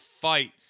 fight